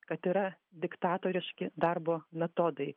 kad yra diktatoriški darbo metodai